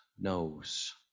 knows